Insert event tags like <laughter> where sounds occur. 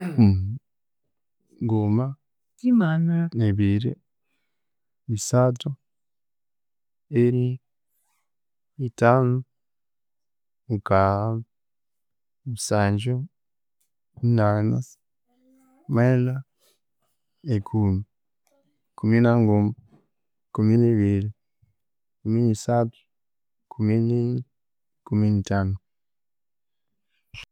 <noise> Nguma, <noise> ebiri, isathu, ini, ithanu, mukagha, musangyu, munani, mwenda, ikumi, kuminanguma, kumi nibiri, kumi ni sathu, kumi nini, kumi nithanu